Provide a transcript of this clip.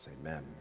Amen